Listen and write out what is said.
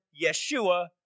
Yeshua